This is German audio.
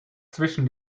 zwischen